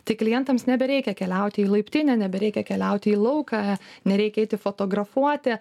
tai klientams nebereikia keliauti į laiptinę nebereikia keliauti į lauką nereikia eiti fotografuoti